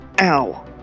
Ow